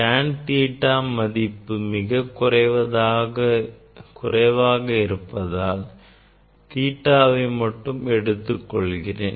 tan theta மதிப்பு மிக குறைவாக இருப்பதால் theta வை மட்டும் எடுத்துக்கொள்கிறேன்